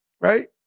right